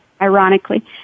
ironically